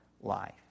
life